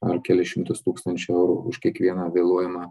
ar kelis šimtus tūkstančių eurų už kiekvieną vėluojamą